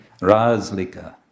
Razlika